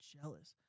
jealous